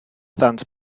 ddant